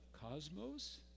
cosmos